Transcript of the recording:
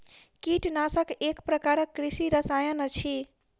कीटनाशक एक प्रकारक कृषि रसायन अछि